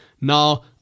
Now